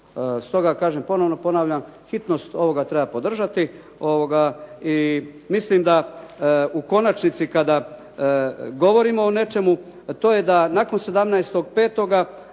Stoga kažem ponovno ponavljam, hitnost ovoga treba podržati i mislim da u konačnici kada govorimo o nečemu, a to je da nakon 17. 5.